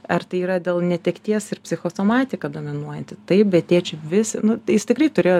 ar tai yra dėl netekties ir psichosomatika dominuojanti taip bet tėčio vis nu jis tikrai turėjo